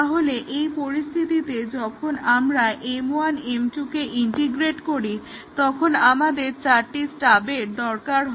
তাহলে এই পরিস্থিতিতে যখন আমরা M1 এবং M2 কে ইন্টিগ্রেট করি তখন আমাদের চারটি স্টাবের দরকার হয়